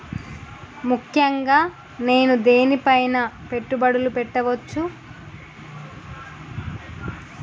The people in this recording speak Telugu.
ముఖ్యంగా నేను దేని పైనా పెట్టుబడులు పెట్టవచ్చు?